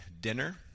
dinner